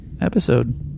episode